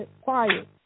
quiet